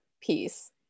piece